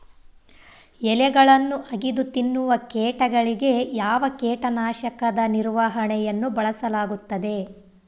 ಎಲೆಗಳನ್ನು ಅಗಿದು ತಿನ್ನುವ ಕೇಟಗಳಿಗೆ ಯಾವ ಕೇಟನಾಶಕದ ನಿರ್ವಹಣೆಯನ್ನು ಬಳಸಲಾಗುತ್ತದೆ?